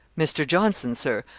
mr. johnson, sir,